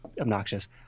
obnoxious